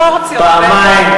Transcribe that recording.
פעמיים,